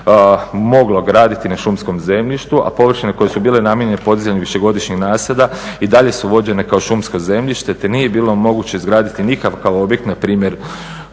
moglo graditi na šumskom zemljištu a površine koje su bile namijenjene podizanju višegodišnjih nasada i dalje su vođene kao šumsko zemljište te nije bilo moguće izgraditi nikakav objekt, npr.